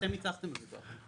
אתם ניצחתם בוויכוח.